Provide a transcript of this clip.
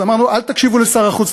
אז אמרנו: אל תקשיבו לשר החוץ,